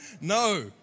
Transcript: No